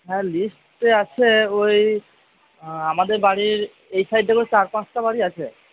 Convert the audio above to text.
হ্যাঁ লিস্টে আছে ওই আমাদের বাড়ির এই সাইডটাতে চার পাঁচটা বাড়ি আছে